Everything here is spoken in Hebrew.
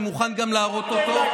אני מוכן גם להראות אותו,